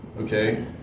Okay